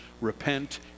repent